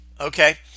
okay